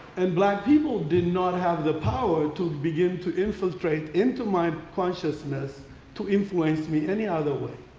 and black people did not have the power to begin to infiltrate into my consciousness to influence me any other way.